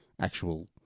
actual